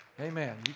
Amen